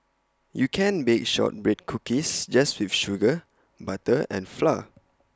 you can bake Shortbread Cookies just with sugar butter and flour